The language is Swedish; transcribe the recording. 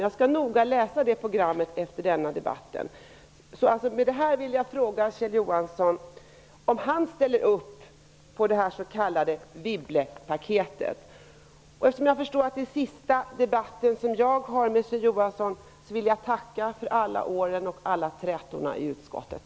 Jag skall läsa det programmet noga efter denna debatt. Med detta vill jag fråga Kjell Johansson om han ställer upp på det s.k. Wibblepaketet. Eftersom detta är min sista debatt med Kjell Johansson vill jag tacka honom för alla år och trätor i utskottet.